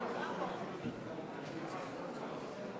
להלן התוצאות,